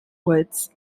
woods